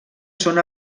són